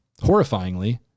horrifyingly